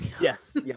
Yes